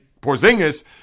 Porzingis